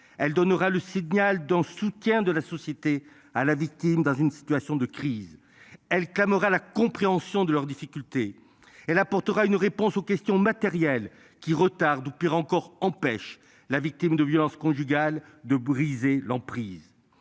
Elle donnera le signal d'un soutien de la société à la victime dans une situation de crise elle Camorra la compréhension de leurs difficultés. Elle apportera une réponse aux questions matérielles qui retarde ou pire encore, empêche la victime de violences conjugales de briser l'emprise.